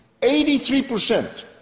83%